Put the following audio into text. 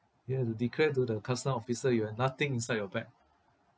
you have to declare to the custom officer you have nothing inside your bag